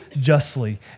justly